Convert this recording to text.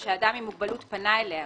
או שאדם עם מוגבלות פנה אליה,